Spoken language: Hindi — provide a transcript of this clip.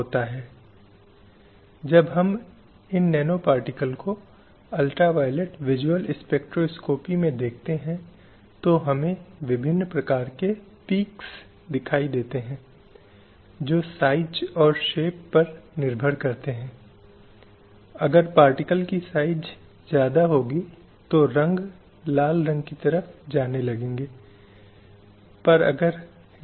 स्लाइड समय संदर्भ 0031 जैसा कि हमने देखा है कि लैंगिक न्याय एक ऐसी अवधारणा है जो समाज में पुरुषों और महिलाओं के बीच मौजूद असमानता को संबोधित करने की कोशिश करती है